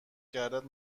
کردت